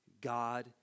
God